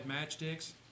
matchsticks